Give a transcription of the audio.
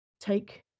take